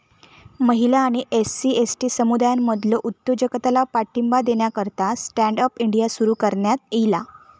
महिला आणि SC, ST समुदायांमधलो उद्योजकतेला पाठिंबा देण्याकरता स्टँड अप इंडिया सुरू करण्यात ईला